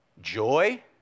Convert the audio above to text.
joy